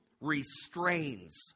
restrains